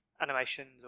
animations